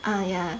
ah yeah